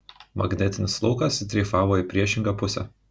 magnetinis laukas dreifavo į priešingą pusę